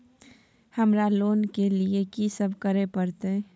हमरा लोन के लिए की सब करे परतै?